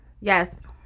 Yes